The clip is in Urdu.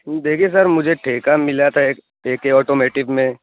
دیکھیے سر مجھے ٹھیکہ ملا تھا ایک کے کے آٹومیٹٹ میں